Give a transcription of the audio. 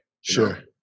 Sure